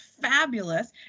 fabulous